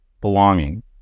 belonging